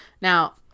Now